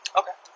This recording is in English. okay